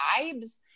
vibes